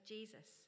Jesus